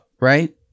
right